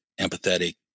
empathetic